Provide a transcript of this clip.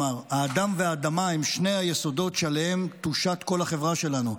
אמר: האדם והאדמה הם שני היסודות שעליהם תושת כל החברה שלנו.